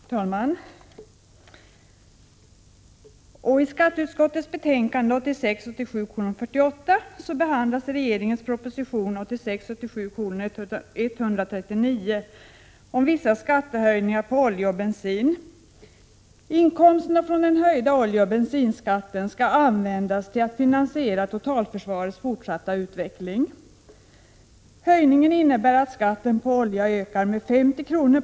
Herr talman! I skatteutskottets betänkande 1986 87:139 om vissa skattehöjningar på olja och bensin. Inkomsterna från den höjda oljeoch bensinskatten skall användas för att finansiera totalförsvarets fortsatta utveckling. Den föreslagna höjningen innebär att skatten på olja ökar med 50 kr.